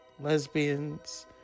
Lesbians